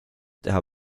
teha